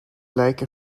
like